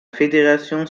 fédération